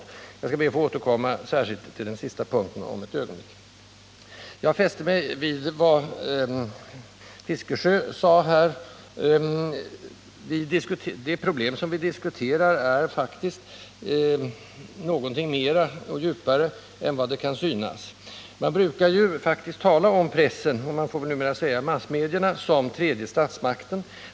Jag ber att få återkomma särskilt till den sista punkten om ett ögonblick. Jag fäste mig emellertid också vid vad Bertil Fiskesjö sade här. Det problem som vi diskuterar är faktiskt någonting mer och djupare än vad det kan synas vara. Man brukar emellanåt tala om pressen — man får väl numera säga massmedierna — som ”tredje statsmakten”.